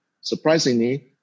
Surprisingly